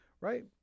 right